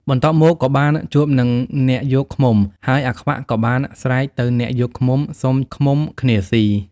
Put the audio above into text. បន្ទាប់មកក៏បានជួបនឹងអ្នកយកឃ្មុំ ហើយអាខ្វាក់ក៏បានស្រែកទៅអ្នកយកឃ្មុំសុំចែកឃ្មុំគ្នាស៊ី។